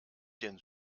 den